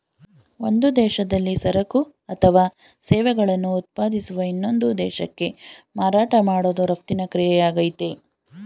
ಒಂದು ದೇಶದಲ್ಲಿ ಸರಕು ಅಥವಾ ಸೇವೆಗಳನ್ನು ಉತ್ಪಾದಿಸುವ ಇನ್ನೊಂದು ದೇಶಕ್ಕೆ ಮಾರಾಟ ಮಾಡೋದು ರಫ್ತಿನ ಕ್ರಿಯೆಯಾಗಯ್ತೆ